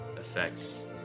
affects